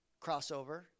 Crossover